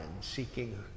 seeking